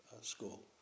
School